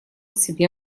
себе